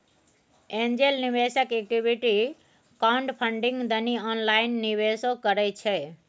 angel निवेशक equity crowdfunding दनी online निवेशो करइ छइ